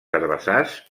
herbassars